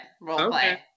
role-play